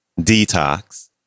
Detox